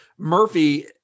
Murphy